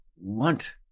want